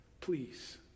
please